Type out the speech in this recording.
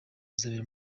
izabera